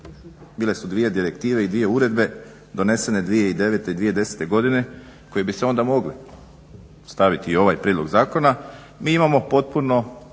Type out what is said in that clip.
bile su dvije direktive i dvije uredbe donesene 2009. i 2010. godine koje bi se onda mogle staviti i u ovaj prijedlog zakona,